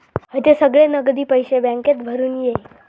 हयते सगळे नगदी पैशे बॅन्केत भरून ये